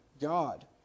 God